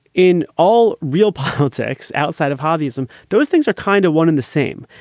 in all real politics outside of harvey ism, those things are kind of one and the same.